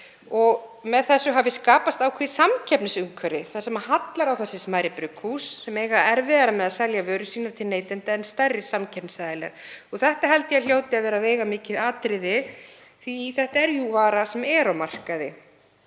Með þessu hefur skapast ákveðið samkeppnisumhverfi þar sem hallar á smærri brugghús sem eiga erfiðara með að selja vörur sínar til neytenda en stærri samkeppnisaðilar. Það held ég að hljóti að vera veigamikið atriði því þetta er jú vara sem er á markaði.